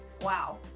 Wow